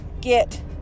get